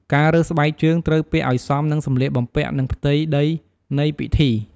ការរើសស្បែកជើងត្រូវពាក់ឲ្យសមនឹងសម្លៀកបំពាក់និងផ្ទៃដីនៃពិធី។